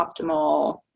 optimal